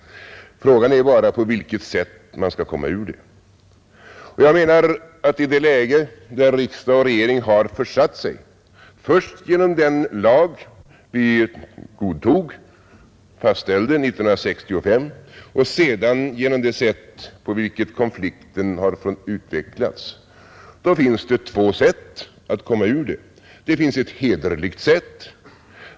Frågan är bara på vilket sätt man skall komma ur det. Det finns två sätt att komma ur det läge där riksdag och regering försatt sig, först genom den lag vi fastställde 1965 och sedan genom det sätt på vilket konflikten har utvecklats. Det finns ett hederligt sätt.